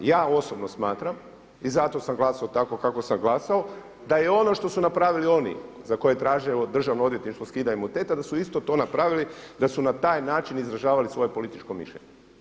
Ja osobno smatram i zato sam glasao tako kako sam glasao da je ono što su napravili oni, za koje je tražilo Državno odvjetništvo skidanje imuniteta da su isto to napravili, da su na taj način izražavali svoje političko mišljenje.